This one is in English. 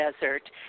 desert